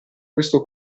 questo